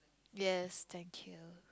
yes thank you